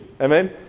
Amen